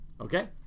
Okay